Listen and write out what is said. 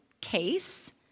Case